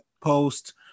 post